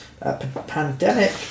Pandemic